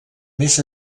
més